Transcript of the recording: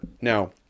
Now